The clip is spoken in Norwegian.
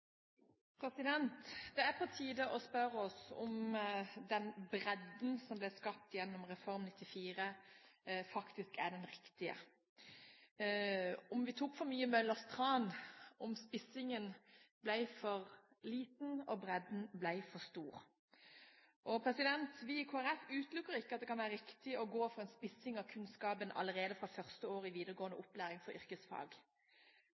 på tide å spørre oss selv om den bredden som ble skapt gjennom Reform 94, faktisk er den riktige, om vi tok for mye Møllers tran, om spissingen ble for liten, og om bredden ble for stor. Vi i Kristelig Folkeparti utelukker ikke at det kan være riktig å gå for en spissing av kunnskapen allerede fra første år i videregående